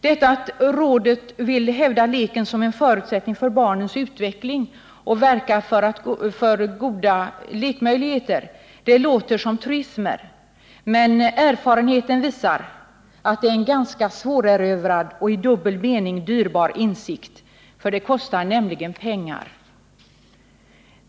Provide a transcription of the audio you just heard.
Detta att vi vill hävda leken som en förutsättning för barns utveckling och verka för goda lek möjligheter låter som truismer, men erfarenheten visar att det är en ganska svårerövrad och i dubbel mening dyrbar insikt — det kostar stora pengar.